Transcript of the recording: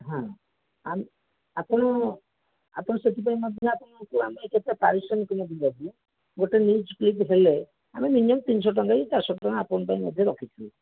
ହଁ ଆଉ ଆପଣ ଆପଣ ସେଥିପାଇଁ ମଧ୍ୟ ଆପଣଙ୍କୁ ଆମେ କେତେ ପାରିଶ୍ରମିକ ମଧ୍ୟ ଦେବୁ ଗୋଟେ ନ୍ୟୁଜ ଫ୍ୟୁଜ ହେଲେ ଆମେ ମିନିୟମ୍ ତିନିଶହ ଟଙ୍କା କି ଚାରିଶହ ଟଙ୍କା ଆପଣଙ୍କ ପାଇଁ ମଧ୍ୟ ରଖିଥିବୁ